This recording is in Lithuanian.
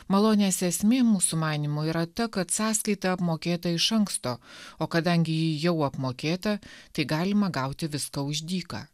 malonės esmė mūsų manymu yra ta kad sąskaita apmokėta iš anksto o kadangi ji jau apmokėta tai galima gauti viską už dyką